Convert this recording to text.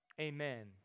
Amen